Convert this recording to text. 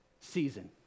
season